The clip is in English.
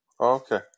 Okay